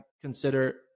consider